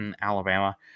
Alabama